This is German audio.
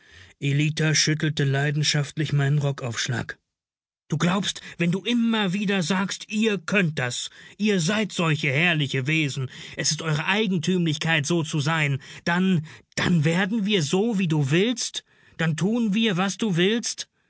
ellita schüttelte leidenschaftlich meinen rockaufschlag du glaubst wenn du immer wieder sagst ihr könnt das ihr seid solche herrliche wesen es ist eure eigentümlichkeit so zu sein dann dann werden wir so wie du willst dann tun wir was du willst